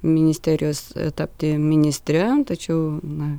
ministerijos tapti ministre tačiau na